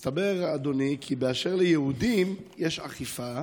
מסתבר, אדוני, כי באשר ליהודים יש אכיפה